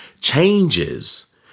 changes